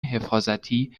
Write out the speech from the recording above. حفاظتی